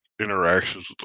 interactions